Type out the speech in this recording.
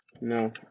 no